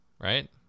right